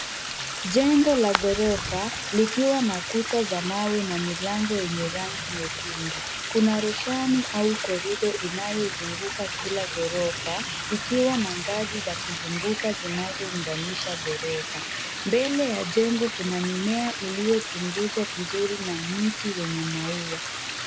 Jengo la ghorofa likiwa na kuta za mawe na milango yenye rangi nyekundu. kuna rushani au korido inayozunguka kila ghorofa ikiwa na ngazi za kuzunguka zinazounganisha ghorofa. Mbele ya jengo kuna mimea iliyopunguzwa vizuri na mti mwenye maua.